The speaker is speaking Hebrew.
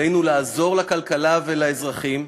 עלינו לעזור לכלכלה ולאזרחים,